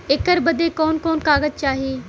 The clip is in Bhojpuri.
ऐकर बदे कवन कवन कागज चाही?